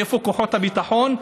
איפה כוחות הביטחון?